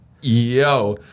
Yo